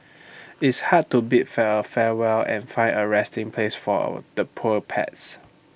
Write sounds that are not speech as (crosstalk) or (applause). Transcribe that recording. (noise) it's hard to bid fare farewell and find A resting place for our the poor pets